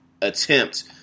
attempt